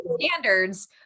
standards